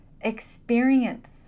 Experience